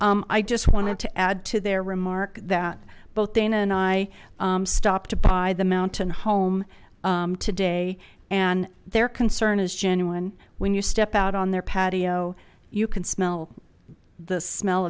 n i just wanted to add to their remark that both dana and i stopped by the mountain home today and their concern is genuine when you step out on their patio you can smell the smell